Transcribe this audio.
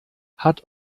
hat